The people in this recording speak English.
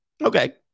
Okay